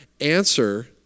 answer